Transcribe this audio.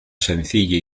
sencilla